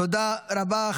תודה רבה.